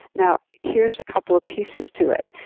now here's a couple of pieces to it.